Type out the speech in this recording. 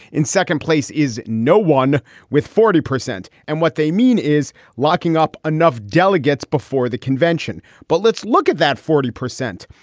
in second place is no one with forty percent. and what they mean is locking up enough delegates before the convention. but let's look at that forty percent.